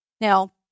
Now